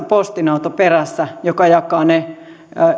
postin auto perässä joka jakaa ne